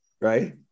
right